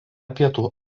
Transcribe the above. pietų